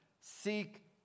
seek